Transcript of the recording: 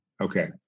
Okay